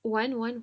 one one